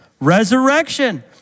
Resurrection